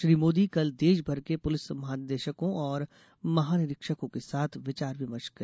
श्री मोदी ने कल देश भर के पुलिस महानिदेशकों और महानिरीक्षकों के साथ विचार विमर्श किया